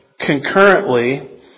concurrently